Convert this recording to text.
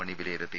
മണി വിലയിരുത്തി